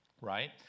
right